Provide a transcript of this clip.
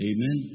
Amen